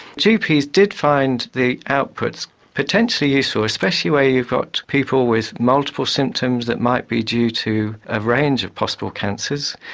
gps did find the outputs potentially useful, especially where you've got people with multiple symptoms that might be due to a range of possible cancers.